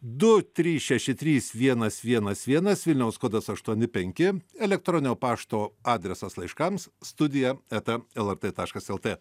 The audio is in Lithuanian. du trys šeši trys vienas vienas vienas vilniaus kodas aštuoni penki elektroninio pašto adresas laiškams studija eta lrt taškas lt